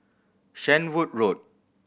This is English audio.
Shenvood Road